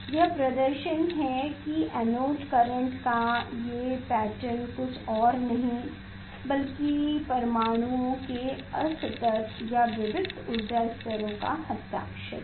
यह प्रदर्शन है कि एनोड करेंट का ये पैटर्न और कुछ नहीं है लेकिन परमाणु के असतत या विविक्त्त ऊर्जा स्तरों का हस्ताक्षर है